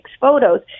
photos